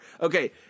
Okay